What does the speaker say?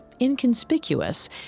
inconspicuous